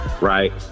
right